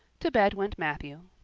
to bed went matthew.